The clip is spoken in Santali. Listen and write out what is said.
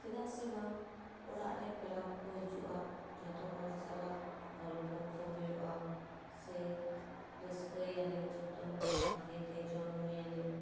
ᱪᱮᱫᱟᱜ ᱥᱮ ᱵᱟᱝ ᱚᱲᱟᱜ ᱨᱮ ᱯᱮᱲᱟ ᱠᱚᱠᱚ ᱦᱤᱡᱩᱜᱼᱟ ᱡᱚᱛᱚ ᱦᱚᱲ ᱥᱟᱞᱟᱜ ᱜᱚᱞᱯᱚ ᱠᱚ ᱦᱩᱭᱩᱜᱼᱟ ᱥᱮ ᱨᱟᱹᱥᱠᱟᱹᱭᱟᱞᱮ ᱡᱚᱛᱚ ᱵᱷᱟᱜᱮ ᱛᱮ ᱡᱚᱢ ᱧᱩᱭᱟᱞᱮ